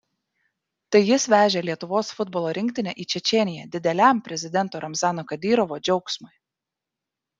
tai jis vežė lietuvos futbolo rinktinę į čečėniją dideliam prezidento ramzano kadyrovo džiaugsmui